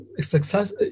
success